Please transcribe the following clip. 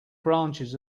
branches